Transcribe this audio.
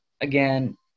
Again